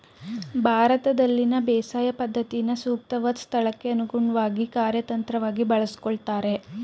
ಭಾರತದಲ್ಲಿನ ಬೇಸಾಯ ಪದ್ಧತಿನ ಸೂಕ್ತವಾದ್ ಸ್ಥಳಕ್ಕೆ ಅನುಗುಣ್ವಾಗಿ ಕಾರ್ಯತಂತ್ರವಾಗಿ ಬಳಸ್ಕೊಳ್ತಾರೆ